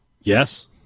Yes